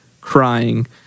crying